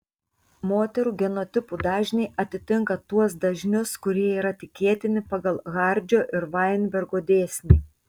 moterų genotipų dažniai atitinka tuos dažnius kurie yra tikėtini pagal hardžio ir vainbergo dėsnį